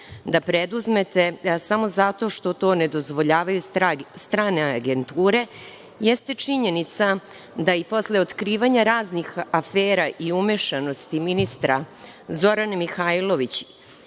da preuzmete samo zato što to ne dozvoljavaju strane agenture jeste činjenica da i posle otkrivanja raznih afera i umešanosti ministra Zorane Mihajlović